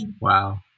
Wow